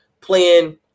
playing